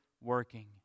working